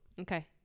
Okay